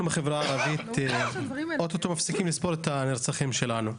אנחנו בחברה הערבית אוטוטו מפסיקים לספור את הנרצחים שלנו.